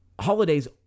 Holidays